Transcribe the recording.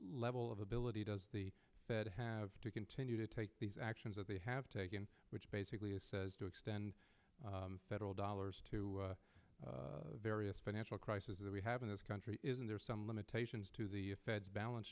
level of ability does the that have to continue to take these actions that they have taken which basically a says to extend federal dollars to the various financial crisis that we have in this country isn't there some limitations to the fed's balance